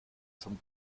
zum